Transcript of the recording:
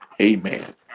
Amen